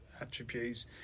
attributes